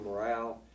morale